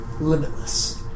limitless